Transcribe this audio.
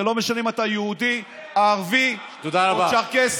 זה לא משנה אם אתה יהודי, ערבי או צ'רקסי.